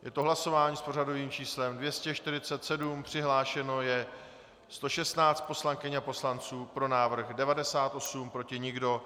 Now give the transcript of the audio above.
Je to hlasování s pořadovým číslem 247, přihlášeno je 116 poslankyň a poslanců, pro návrh 98, proti nikdo.